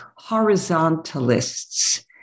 horizontalists